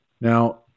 Now